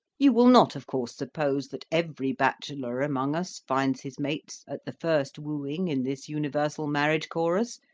you will not, of course, suppose that every bachelor among us finds his mates at the first wooing in this universal marriage chorus.